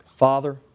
Father